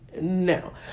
No